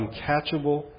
uncatchable